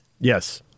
Yes